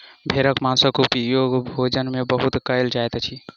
भेड़क मौंसक उपयोग भोजन में बहुत कयल जाइत अछि